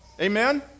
Amen